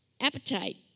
appetite